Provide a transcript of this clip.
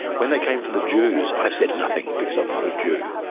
when they came for the jews, i said nothing because i'm not a jew.